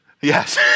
Yes